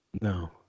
No